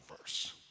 verse